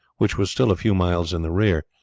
which was still a few miles in the rear,